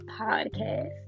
Podcast